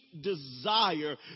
desire